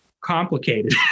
complicated